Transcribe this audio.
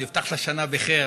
נפתח את השנה בח'יר.